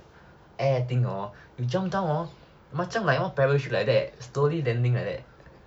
then I think hor you jump down hor macam like some parachute like that slowly landing like that